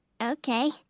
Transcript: Okay